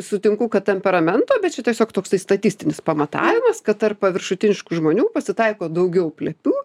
sutinku kad temperamento bet čia tiesiog toks statistinis pamatavimas kad tarp paviršutiniškų žmonių pasitaiko daugiau plepių